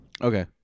Okay